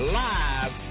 live